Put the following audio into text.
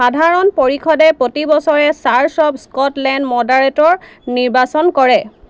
সাধাৰণ পৰিষদে প্ৰতি বছৰে চাৰ্চ অৱ স্কটলেণ্ডৰ মডাৰেটৰ নিৰ্বাচন কৰে